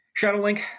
shadowlink